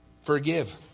Forgive